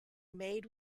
made